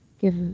give